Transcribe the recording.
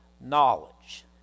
knowledge